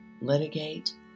Litigate